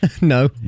No